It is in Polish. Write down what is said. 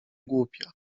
głupia